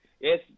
Yes